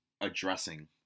addressing